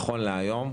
נכון להיום,